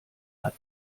hat